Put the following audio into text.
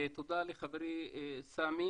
ותודה לחברי סמי